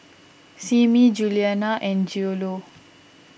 Simmie Juliana and Cielo